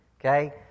Okay